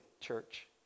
church